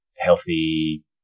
healthy